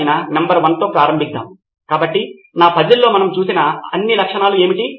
చెప్పండి మీరు రిపోజిటరీ కోసం చూస్తున్నారని అనుకుందాం దీనికి ఖచ్చితంగా అన్ని లక్షణాలు ఉండాలి